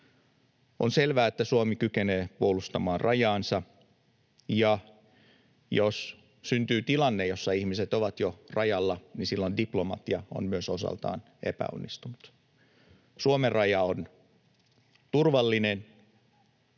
On selvää, että Suomi kykenee puolustamaan rajaansa, ja jos syntyy tilanne, jossa ihmiset ovat jo rajalla, niin silloin diplomatia on osaltaan epäonnistunut. Suomen raja on turvallinen